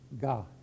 God